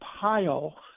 pile